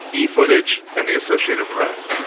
efootage and the associated press.